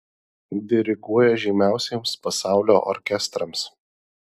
diriguoja žymiausiems pasaulio orkestrams